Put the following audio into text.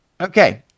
Okay